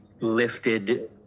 lifted